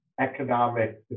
economic